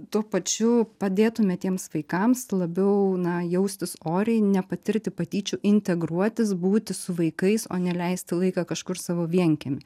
tuo pačiu padėtume tiems vaikams labiau na jaustis oriai nepatirti patyčių integruotis būti su vaikais o ne leisti laiką kažkur savo vienkiemy